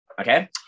Okay